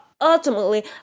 ultimately